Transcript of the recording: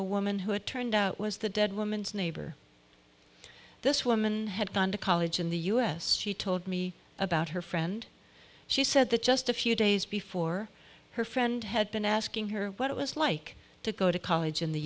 a woman who had turned out was the dead woman's neighbor this woman had gone to college in the u s she told me about her friend she said that just a few days before her friend had been asking her what it was like to go to college in the